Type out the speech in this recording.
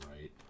right